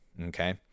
okay